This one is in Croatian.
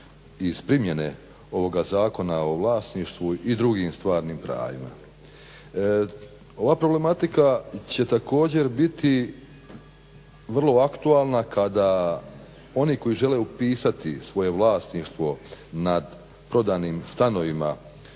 iz primjene ovoga Zakona o vlasništvu i drugim stvarnim pravima. Ova problematika će također biti vrlo aktualna kada oni koji žele upisati svoje vlasništvo nad prodanim stanovima